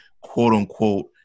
quote-unquote